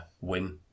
win